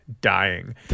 dying